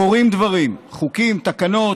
קורים דברים: חוקים, תקנות.